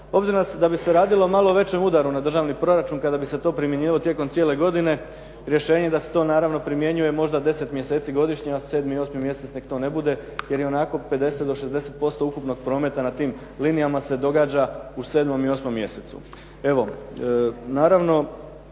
obzirom da bi se radilo o malo većem udaru na državni proračun kada bi se to primjenjivalo tijekom cijele godine, rješenje da se to naravno primjenjuje možda 10 mjeseci godišnje, a 7 i 8 mjesec neka to ne bude, jer ionako 50 do 60% ukupnog prometa na tim linijama se događa u 7 i 8 mjesecu.